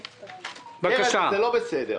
קרן, זה לא בסדר.